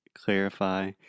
clarify